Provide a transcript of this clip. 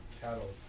cattle